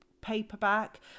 paperback